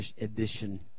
Edition